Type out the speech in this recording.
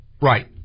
Right